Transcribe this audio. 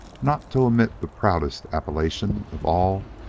not to omit the proudest appellation of all,